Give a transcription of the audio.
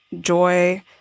joy